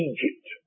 Egypt